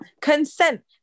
Consent